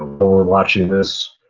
but and watching this,